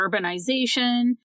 urbanization